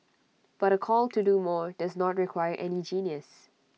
but A call to do more does not require any genius